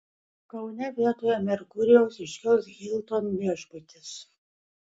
kaune vietoje merkurijaus iškils hilton viešbutis